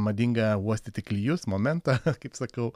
madinga uostyti klijus momentą kaip sakau